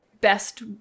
best